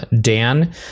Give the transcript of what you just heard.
dan